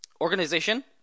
organization